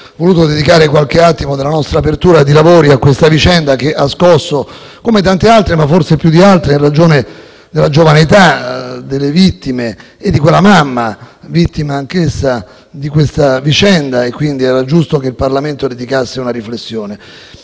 voluto dedicare parte dell'apertura dei nostri lavori a questa vicenda, che ha scosso come tante altre, ma forse più di altre in ragione della giovane età delle vittime e di quella mamma, vittima anch'essa di questa vicenda. Quindi era giusto che il Parlamento vi dedicasse una riflessione.